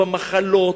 במחלות,